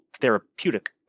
therapeutic